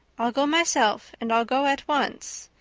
i'll go myself and i'll go at once.